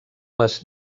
les